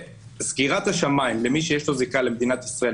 סגירת השמיים למי שיש לו זיקה למדינת ישראל,